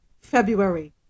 February